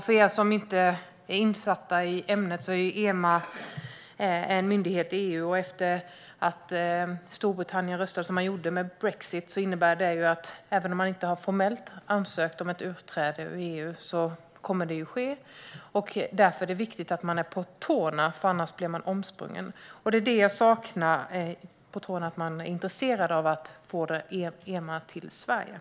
För dem som inte är insatta i ämnet är EMA en myndighet inom EU, och eftersom Storbritannien röstade för brexit kommer ett utträde att ske, även om de inte formellt har ansökt om utträde ur EU. Det är viktigt att vara på tårna, annars blir man omsprungen. Jag saknar att regeringen är på tårna och visar intresse av att få EMA till Sverige.